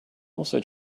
also